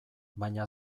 baina